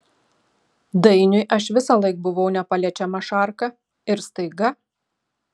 dainiui aš visąlaik buvau nepaliečiama šarka ir staiga